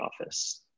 office